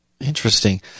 Interesting